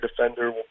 defender